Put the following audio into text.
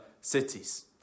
cities